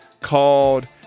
called